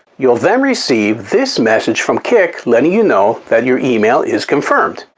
you'll then receive this message from kik letting you know that your email is confirmed.